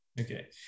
Okay